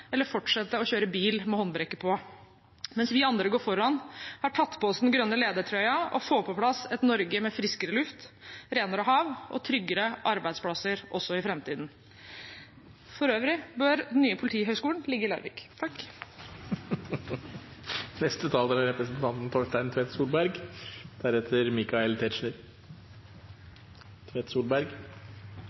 eller fortsette å kjøre bil med håndbrekket på, mens vi andre går foran, har tatt på oss den grønne ledertrøya og får på plass et Norge med friskere luft, renere hav og tryggere arbeidsplasser også i framtiden. For øvrig bør den nye politihøyskolen ligge i